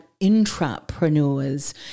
intrapreneurs